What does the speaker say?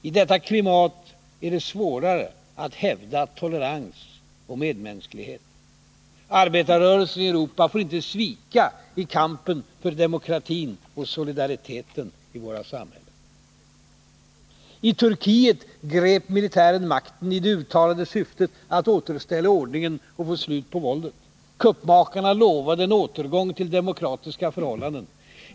I detta klimat är det svårare att hävda tolerans och medmänsklighet. Arbetarrörelsen i Europa får inte svika i kampen för demokratin och solidariteten i våra samhällen. I Turkiet grep militären makten i det uttalade syftet att återställa ordningen, att få slut på våldet. Kuppmakarna lovade en återgång till demokratiska förhållanden.